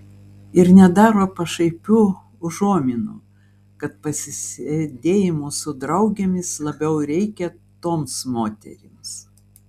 ir nedaro pašaipių užuominų kad pasisėdėjimų su draugėmis labiau reikia toms moterims